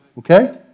Okay